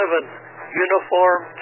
Uniform